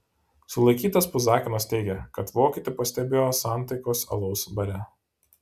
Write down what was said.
sulaikytas puzakinas teigė kad vokietį pastebėjo santaikos alaus bare